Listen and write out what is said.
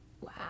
wow